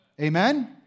Amen